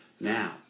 Now